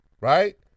right